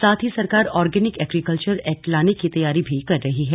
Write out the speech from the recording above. साथ ही सरकार ऑर्गनिक एग्रीकल्चर एक्ट लाने की तैयारी भी कर रही है